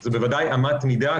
זו בוודאי אמת מידה,